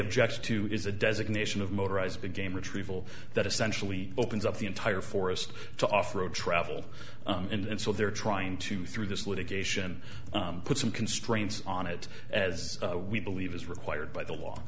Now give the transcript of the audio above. objects to is a designation of motorized a game retrieval that essentially opens up the entire forest to off road travel and so they're trying to through this litigation put some constraints on it as we believe is required by the law